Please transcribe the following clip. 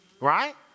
Right